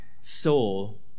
soul